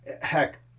Heck